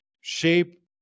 shape